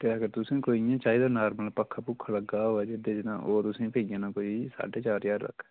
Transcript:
ते अगर तुसें कोई इ'यां चाहिदा नार्मल पक्खा पुक्खा लग्गे दा होऐ जेह्दे च तां ओह् तुसें पेई जाना कोई साड्डे चार ज्हार तक